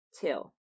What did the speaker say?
Till